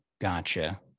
gotcha